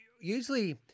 usually